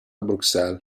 bruxelles